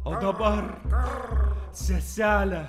o dabar sesele